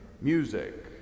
music